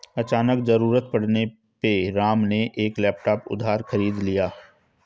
अचानक ज़रूरत पड़ने पे राम ने एक लैपटॉप उधार खरीद लिया